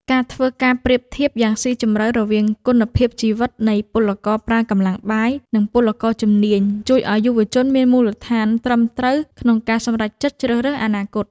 ការធ្វើការប្រៀបធៀបយ៉ាងស៊ីជម្រៅរវាងគុណភាពជីវិតនៃពលករប្រើកម្លាំងបាយ និងពលករជំនាញ ជួយឱ្យយុវជនមានមូលដ្ឋានត្រឹមត្រូវក្នុងការសម្រេចចិត្តជ្រើសរើសអនាគត។